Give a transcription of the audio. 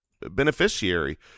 beneficiary